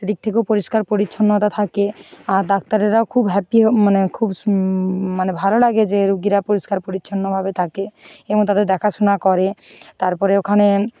সেদিক থেকেও পরিষ্কার পরিছন্নতা থাকে আর ডাক্তারেরাও খুব হ্যাপি মানে খুব সু মানে ভালো লাগে যে রুগীরা পরিষ্কার পরিছন্নভাবে থাকে এবং তাদের দেখাশোনা করে তারপরে ওখানে